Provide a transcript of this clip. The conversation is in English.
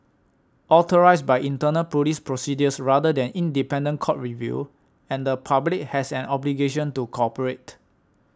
authorised by internal police procedures rather than independent court review and the public has an obligation to cooperate